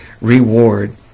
reward